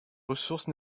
ressources